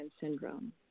syndrome